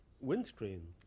windscreen